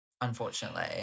unfortunately